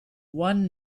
one